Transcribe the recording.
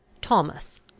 Thomas